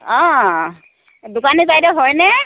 অ দোকানী বাইদেউ হয়নে